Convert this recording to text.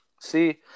see